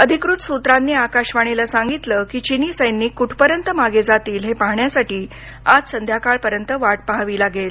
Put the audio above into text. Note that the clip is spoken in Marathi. अधिकृत सूत्रांनी आकाशवाणीला सांगितलं की चीनी सैनिक कुठपर्यंत मागे जातील हे पाहण्यासाठी आज संध्याकाळपर्यंत वाट पाहावी लागेल